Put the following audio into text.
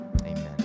amen